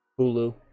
Hulu